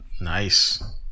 Nice